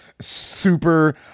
super